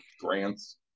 grants